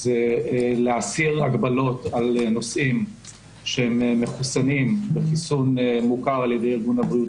היא להסיר הגבלות מנוסעים מחוסנים בחיסון מוכר על ידי ארגון הבריאות